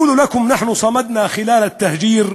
אנו אומרים לכם שאנחנו נִבְנֵה במהלך הגירוש,